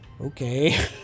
okay